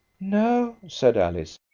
no, said alice.